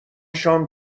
شام